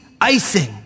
icing